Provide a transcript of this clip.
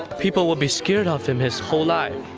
people would be scared of him his whole life.